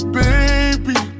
baby